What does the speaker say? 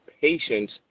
patients